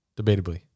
debatably